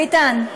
ביטן.